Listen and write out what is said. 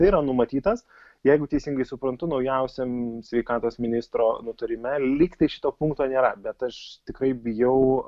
tai yra numatytas jeigu teisingai suprantu naujausiam sveikatos ministro nutarime lygtai šito punkto nėra bet aš tikrai bijau